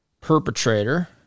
perpetrator